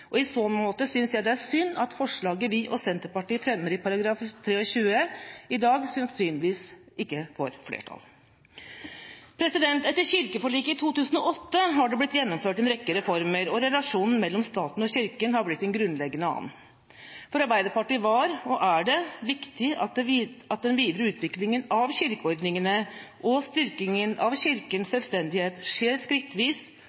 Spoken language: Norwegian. I så måte synes jeg det er synd at forslaget som vi sammen med Senterpartiet fremmer til § 23 i dag, sannsynligvis ikke får flertall. Etter kirkeforliket i 2008 er det gjennomført en rekke reformer, og relasjonen mellom staten og Kirken har blitt en grunnleggende annen. For Arbeiderpartiet var og er det viktig at den videre utviklingen av kirkeordningene og styrkingen av Kirkens selvstendighet skjer skrittvis